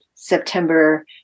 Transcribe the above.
September